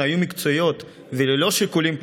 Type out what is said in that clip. היו מקצועיות וללא שיקולים פוליטיים,